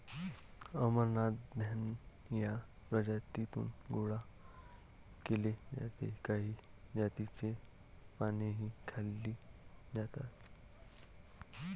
अमरनाथ धान्य या प्रजातीतून गोळा केले जाते काही जातींची पानेही खाल्ली जातात